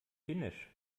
finnisch